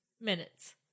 minutes